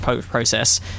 process